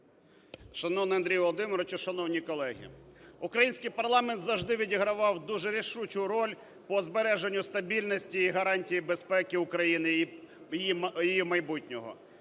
Шановний Андрій Володимирович, шановні колеги! Український парламент завжди відігравав дуже рішучу роль по збереженню стабільності і гарантії безпеки України, її майбутнього.